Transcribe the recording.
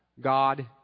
God